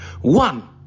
one